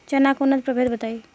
चना के उन्नत प्रभेद बताई?